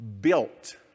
built